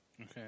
Okay